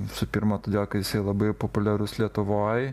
visų pirma todėl kad jisai labai populiarus lietuvoj